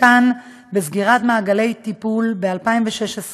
כאן, בסגירת מעגלי טיפול ב-2016,